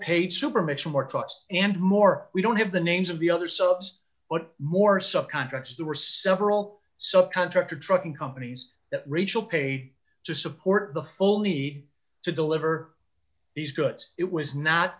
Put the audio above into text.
pate superman more trucks and more we don't have the names of the other subs but more subcontractors there were several so contractor trucking companies that rachel paid to support the full need to deliver these goods it was not